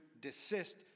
desist